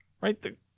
Right